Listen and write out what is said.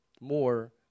more